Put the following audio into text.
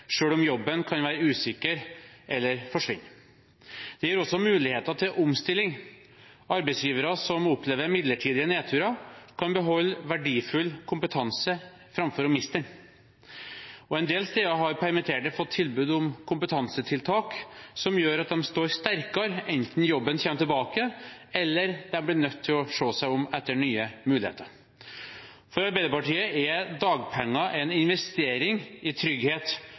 om jobben kan være usikker eller forsvinner. Det gir også muligheter til omstilling – arbeidsgivere som opplever midlertidige nedturer kan beholde verdifull kompetanse framfor å miste den. En del steder har permitterte fått tilbud om kompetansetiltak som gjør at de står sterkere, enten jobben kommer tilbake eller de blir nødt til å se seg om etter nye muligheter. For Arbeiderpartiet er dagpenger en investering i trygghet